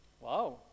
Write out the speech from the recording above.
Wow